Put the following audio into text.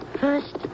First